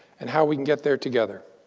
and how we can get there together.